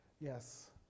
Yes